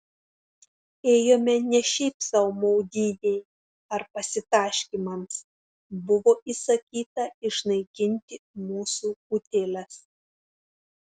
ėjome ne šiaip sau maudynei ar pasitaškymams buvo įsakyta išnaikinti mūsų utėles